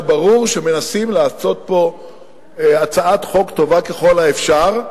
ברור שמנסים לעשות פה הצעת חוק טובה ככל האפשר.